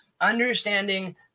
understanding